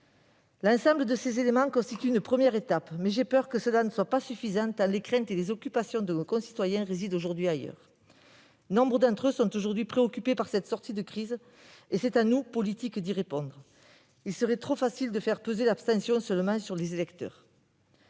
L'ensemble de ces éléments constitue une première étape, mais je crains que cela ne soit pas suffisant, tant les préoccupations de nos concitoyens résident aujourd'hui ailleurs. Nombre d'entre eux sont préoccupés par la sortie de crise. C'est donc à nous, politiques, qu'il revient d'y répondre. Il serait trop facile de faire peser l'abstention sur les seuls électeurs